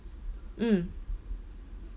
mm